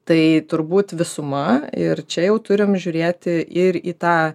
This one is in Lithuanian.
tai turbūt visuma ir čia jau turim žiūrėti ir į tą